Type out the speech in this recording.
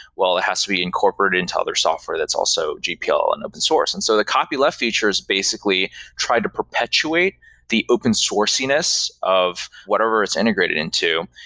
it has to be incorporated into other software that's also gpl and open source. and so the copyleft feature is basically try to perpetuate the open sourciness of whatever it's integrated into.